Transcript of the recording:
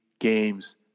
Games